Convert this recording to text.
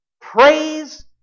Praise